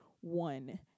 one